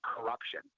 corruption